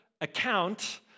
account